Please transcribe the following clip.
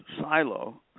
Silo